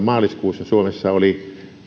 maaliskuussa suomessa oli